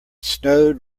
snowed